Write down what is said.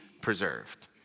preserved